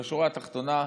בשורה התחתונה,